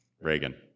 Reagan